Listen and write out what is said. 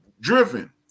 driven